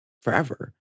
forever